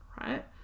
Right